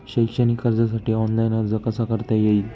शैक्षणिक कर्जासाठी ऑनलाईन अर्ज कसा करता येईल?